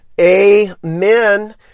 Amen